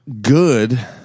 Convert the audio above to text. good